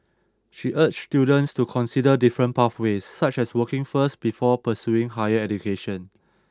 she urged students to consider different pathways such as working first before pursuing higher education